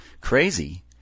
Crazy